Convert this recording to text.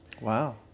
Wow